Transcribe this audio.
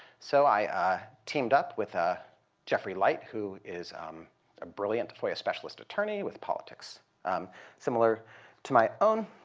so i teamed up with ah jeffrey light, who is a brilliant foia specialist attorney with politics similar to my own,